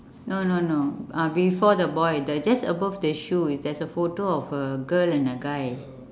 no no no uh before the boy the just above the shoe there is a photo of a girl and a guy